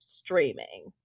Streaming